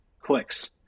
Clicks